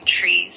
trees